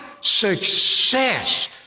success